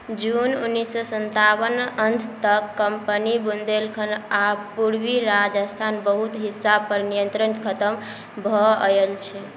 जून उन्नीस सए सन्तावनके अंत तक कंपनी क बुंदेलखंड आ पूर्वी राजस्थानक बहुत हिस्सा पर नियंत्रण खत्म भऽ गेल छै